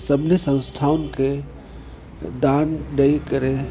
सभिनी संस्थाउनि खे दान ॾेई करे